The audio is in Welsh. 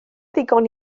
ddigon